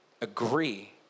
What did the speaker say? agree